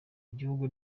igihugu